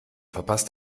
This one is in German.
verpasst